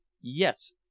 Yes